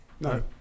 No